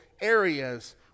areas